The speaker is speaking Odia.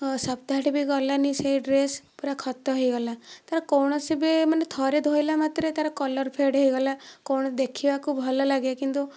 ସପ୍ତାହଟିଏ ବି ଗଲାନାହିଁ ସେ ଡ୍ରେସ ପୁରା ଖତ ହୋଇଗଲା ତା'ର କୌଣସି ବି ମାନେ ଥରେ ଧୋଇଲା ମାତ୍ରେ ତା'ର କଲର ଫେଡ଼ ହୋଇଗଲା କଣ ଦେଖିବାକୁ ଭଲ ଲାଗେ କିନ୍ତୁ